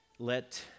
let